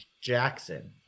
Jackson